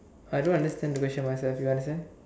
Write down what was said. I don't understand the question myself you understand